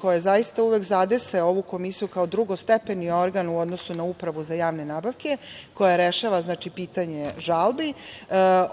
koje zaista uvek zadese ovu komisiju kao drugostepeni organ u odnosu na Upravu za javne nabavke koja rešava pitanje žalbi,